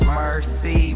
mercy